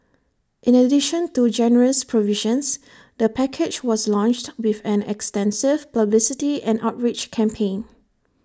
in addition to generous provisions the package was launched with an extensive publicity and outreach campaign